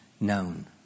known